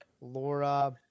Laura